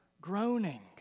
groaning